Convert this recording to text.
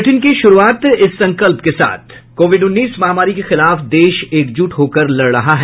bulletin की शुरूआत से पहले ये संकल्प कोविड उन्नीस महामारी के खिलाफ देश एकजुट होकर लड़ रहा है